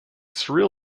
surreal